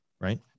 right